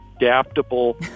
adaptable